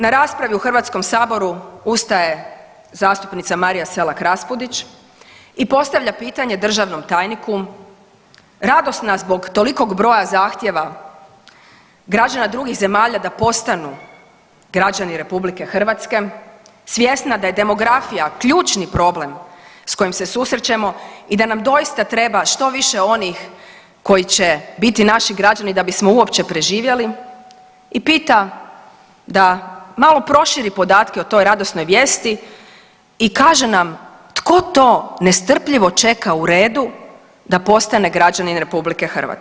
Na raspravi u HS-u ustaje zastupnica Marija Selak Raspudić i postavlja pitanje državnom tajniku, radosna zbog tolikog broja zahtjeva građana drugih zemalja da postanu građani RH svjesna da je demografija ključni problem s kojim se susrećemo i da nam doista treba štoviše onih koji će biti naši građani da bismo uopće preživjeli i pita da malo proširi podatke o toj radosnoj vijesti i kaže nam tko to nestrpljivo čeka uredu da postane građanin RH.